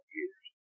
years